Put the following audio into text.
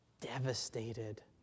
devastated